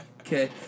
okay